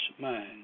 mind